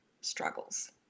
struggles